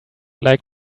like